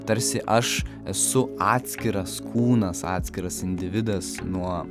tarsi aš esu atskiras kūnas atskiras individas nuo